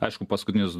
aišku paskutinius